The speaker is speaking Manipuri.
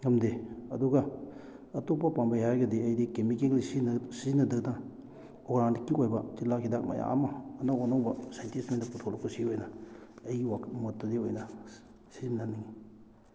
ꯉꯝꯗꯦ ꯑꯗꯨꯒ ꯑꯇꯣꯞꯄ ꯄꯥꯝꯕꯩ ꯍꯥꯏꯔꯒꯗꯤ ꯑꯩꯗꯤ ꯀꯦꯃꯤꯀꯦꯜꯒꯤ ꯁꯤꯖꯤꯟꯅꯗꯅ ꯑꯣꯔꯒꯥꯅꯤꯛꯀꯤ ꯑꯣꯏꯕ ꯇꯤꯜꯍꯥꯛ ꯍꯤꯗꯥꯛ ꯃꯌꯥꯝ ꯑꯃ ꯑꯅꯧ ꯑꯅꯧꯕ ꯁꯥꯏꯟꯇꯤꯁꯉꯩꯅ ꯄꯨꯊꯣꯂꯛꯄꯁꯤ ꯑꯣꯏꯅ ꯑꯩꯒꯤ ꯃꯣꯠꯇꯗꯤ ꯑꯣꯏꯅ ꯁꯤꯖꯤꯟꯅꯤꯡꯉꯤ